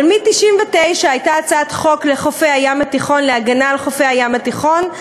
אבל מ-1999 הייתה הצעת חוק להגנה על חופי הים התיכון,